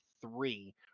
three